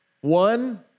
One